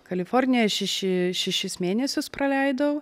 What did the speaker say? kalifornijoj šeši šešis mėnesius praleidau